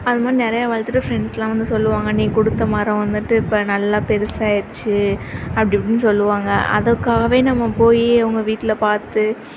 அதுமாதிரி நிறையா வளர்த்துட்டு ஃபிரண்ட்ஸ்லாம் வந்து சொல்வாங்க நீ கொடுத்த மரம் வந்துவிட்டு இப்போ நல்லா பெருசாகிடுச்சு அப்படி இப்படின்னு சொல்வாங்க அதுக்காகவே நம்ம போய் அவங்க வீட்டில் பார்த்து